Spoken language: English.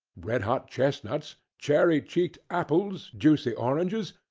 red-hot chestnuts, cherry-cheeked apples, juicy oranges,